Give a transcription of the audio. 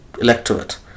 electorate